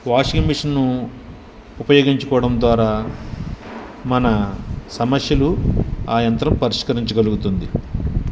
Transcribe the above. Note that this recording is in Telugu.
వాషింగ్ మిషన్ను ఉపయోగించుకోవడం ద్వారా మన సమస్యలు ఆ యంత్రం పరిష్కరించగలుగుతుంది